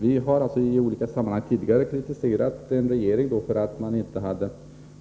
Vi har i olika sammanhang tidigare kritiserat en regering för